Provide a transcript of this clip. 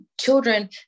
children